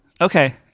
okay